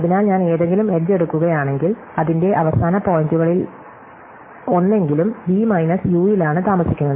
അതിനാൽ ഞാൻ ഏതെങ്കിലും എഡ്ജ് എടുക്കുകയാണെങ്കിൽ അതിന്റെ അവസാന പോയിന്റുകളിലൊന്നെങ്കിലും വി മൈനസ് യുയിലാണ് താമസിക്കുന്നത്